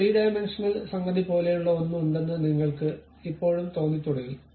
ഒരു 3 ഡയമെൻഷണൽ സംഗതി പോലെയുള്ള ഒന്ന് ഉണ്ടെന്ന് നിങ്ങൾക്ക് ഇപ്പോഴും തോന്നിത്തുടങ്ങി